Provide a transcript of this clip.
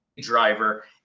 driver